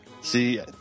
See